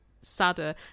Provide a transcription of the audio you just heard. sadder